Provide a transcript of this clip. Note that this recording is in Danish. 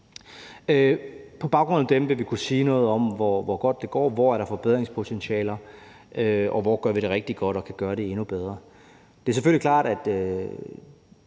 i verden, for ikke mange gør, som vi gør – hvor godt det går, hvor der er et forbedringspotentiale, og hvor vi gør det rigtig godt og kan gøre det endnu bedre. Det er selvfølgelig klart, at